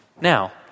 Now